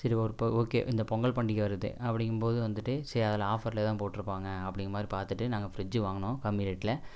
சரி ஒர் ப ஓகே இந்த பொங்கல் பண்டிகை வருது அப்படிங்கம் போது வந்துட்டு சரி அதில் ஆஃபரில் தான் போட்டுருப்பாங்க அப்படிங்குற மாதிரி பார்த்துட்டு நாங்கள் ஃப்ரிட்ஜ்ஜி வாங்கினோம் கம்மி ரேட்டில்